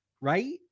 right